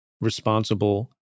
responsible